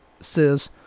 says